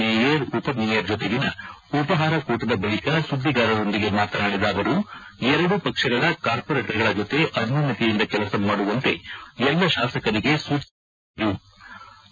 mayor ಉಪಮೇಯರ್ ಜೊತೆಗಿನ ಉಪಾಹಾರ ಕೂಟದ ಬಳಿಕ ಸುದ್ಗಿಗಾರರರೊಂದಿಗೆ ಮಾತನಾಡಿದ ಅವರು ಎರಡು ಪಕ್ಷಗಳ ಕಾರ್ಮೋರೇಟ್ಗಳ ಜೊತೆ ಅನ್ಯೋನ್ಥತೆಯಿಂದ ಕೆಲಸ ಮಾಡುವಂತೆ ಎಲ್ಲ ಶಾಸಕರಿಗೆ ಸೂಚಿಸಲಾಗಿದೆ ಎಂದು ಹೇಳಿದರು